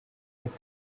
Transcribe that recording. with